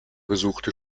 besuchte